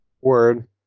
Word